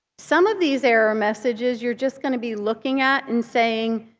some of these error messages you're just going to be looking at and saying,